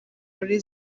muri